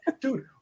dude